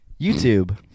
YouTube